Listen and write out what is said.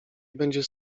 będziesz